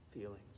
feelings